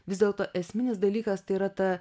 vis dėlto esminis dalykas tai yra ta